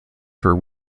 for